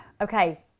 okay